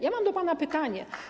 Ja mam do pana pytanie.